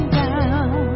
down